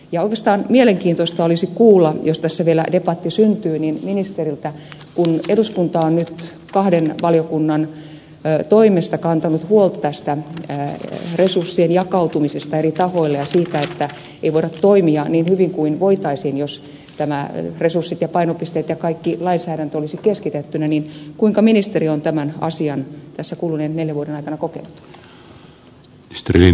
joukosta on mielenkiintoista olisi kuulla jos tässä vielä debatti syntyy niin ministeriltä kun eduskunta on nyt kahden valiokunnan toimesta kantanut huolta tästä resurssien jakautumisesta eri tahoille ja siitä että ei voida toimia niin hyvin kuin voitaisiin jos resurssit ja painopisteet ja kaikki lainsäädäntö olisi keskitettynä niin oikeastaan olisi mielenkiintoista kuulla ministeriltä jos tässä vielä debatti syntyy kuinka ministeri on tämän asian tässä kuluneen neljän vuoden aikana kokenut